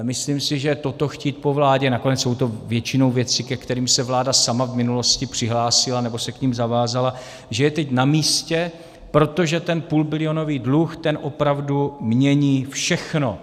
Myslím si, že toto chtít po vládě, nakonec jsou to většinou věci, ke kterým se vláda sama v minulosti přihlásila nebo se k nim zavázala, že je teď namístě, protože ten půlbilionový dluh, ten opravdu mění všechno.